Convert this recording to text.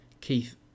Keith